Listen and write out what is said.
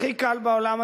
הכי קל בעולם,